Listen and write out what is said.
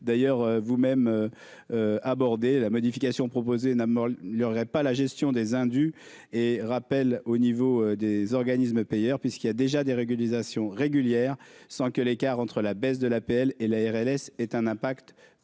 d'ailleurs vous-même aborder la modification proposée n'il aurait pas la gestion des indus et rappelle au niveau des organismes payeurs puisqu'il y a déjà des régularisations, régulière, sans que l'écart entre la baisse de l'APL et la RLS est un impact particulier